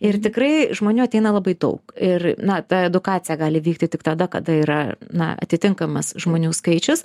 ir tikrai žmonių ateina labai daug ir na ta edukacija gali vykti tik tada kada yra na atitinkamas žmonių skaičius